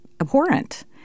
abhorrent